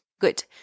Good